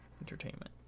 Entertainment